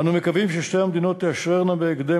אנו מקווים ששתי המדינות תאשררנה בהקדם